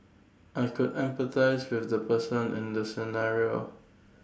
I could empathise with the person in the scenario